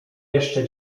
jeszcze